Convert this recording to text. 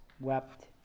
wept